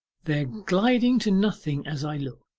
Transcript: they are gliding to nothing as i look.